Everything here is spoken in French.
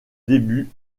début